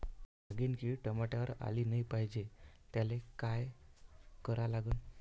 नागिन किड टमाट्यावर आली नाही पाहिजे त्याले काय करा लागन?